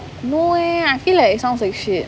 no leh I feel like it sounds like shit